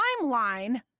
timeline